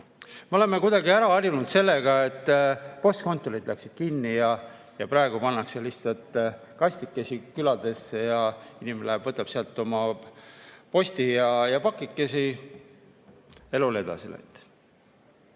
Me oleme kuidagi ära harjunud sellega, et postkontorid läksid kinni ja praegu pannakse lihtsalt kastikesi küladesse, inimene läheb ja võtab sealt oma postipakikesi. Elu on edasi läinud.